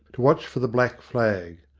to watch for the black flag.